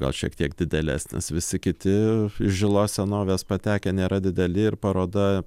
gal šiek tiek didėlesnis visi kiti iš žilos senovės patekę nėra dideli ir paroda